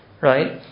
right